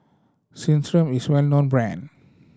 Centrum is well known brand